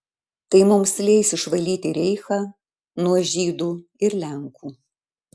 tai mums leis išvalyti reichą nuo žydų ir lenkų